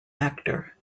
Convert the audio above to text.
actor